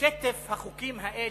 ושטף החוקים האלה,